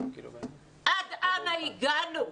עד אנה הגענו?